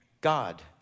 God